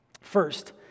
First